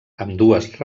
ambdues